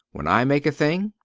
when i make a thing,